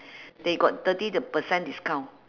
they got thirty the percent discount